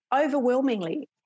overwhelmingly